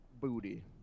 booty